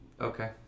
okay